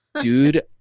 Dude